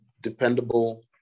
dependable